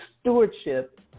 stewardship